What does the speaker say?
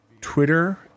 Twitter